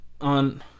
on